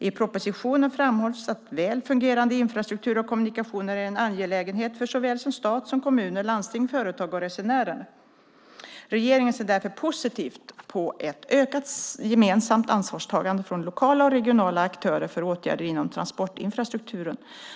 I propositionen framhålls att väl fungerande infrastruktur och kommunikationer är en angelägenhet för såväl stat som kommuner, landsting, företag och resenärer. Regeringen ser därför positivt på ett ökat gemensamt ansvarstagande från lokala och regionala aktörer för åtgärder inom transportinfrastrukturen.